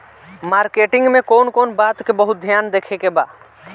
Marketing मे कौन कौन बात के बहुत ध्यान देवे के बा?